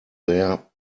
there